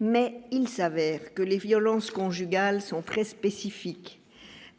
mais il s'avère que les violences conjugales sont très spécifiques,